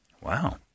wow